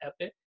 epic